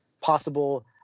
possible